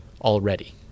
already